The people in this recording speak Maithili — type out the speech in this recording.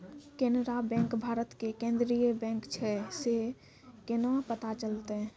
केनरा बैंक भारत के केन्द्रीय बैंक छै से केना पता चलतै?